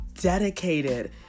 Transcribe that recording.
dedicated